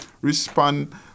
Respond